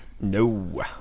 no